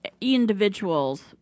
individuals